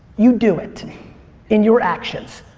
you do it in your actions.